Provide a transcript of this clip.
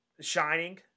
shining